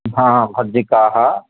भज्जिकाः